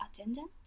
attendant